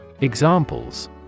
Examples